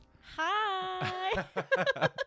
hi